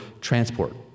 transport